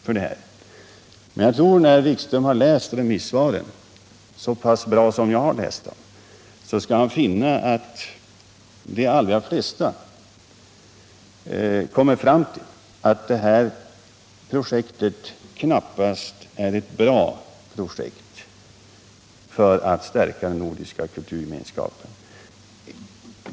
Jag tror dock att när Wikström läst remissvaren lika noggrant som jag har gjort kommer han att finna att de allra flesta kommer fram till att detta knappast är ett bra projekt för att stärka den nordiska kulturgemenskapen.